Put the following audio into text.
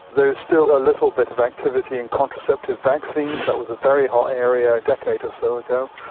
there's still a little bit of activity in contraceptive vaccines. that was a very hot area a decade or so ago,